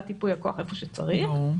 את ייפוי הכוח או שאולי זה אירוע חולף ותכף הוא